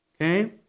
Okay